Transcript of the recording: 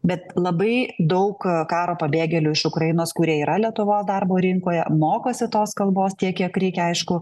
bet labai daug karo pabėgėlių iš ukrainos kurie yra lietuvos darbo rinkoje mokosi tos kalbos tiek kiek reikia aišku